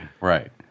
Right